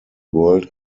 world